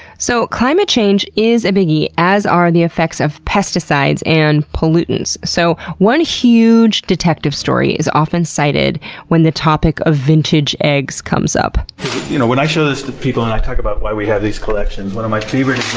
so climate change is a biggie, as are the effects of pesticides and pollutants. so, one huuuuge detective story is often cited when the topic of vintage eggs comes up you know when i show this to people and i talk about why we have these collections, one of my favorite